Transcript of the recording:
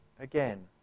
again